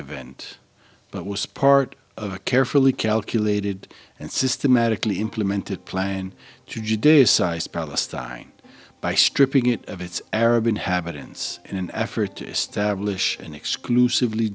event but was part of a carefully calculated and systematically implemented plan to judaize palestine by stripping it of its arab inhabitants in an effort to establish an exclusively